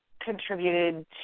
contributed